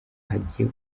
hagiye